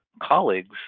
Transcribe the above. colleagues